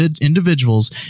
individuals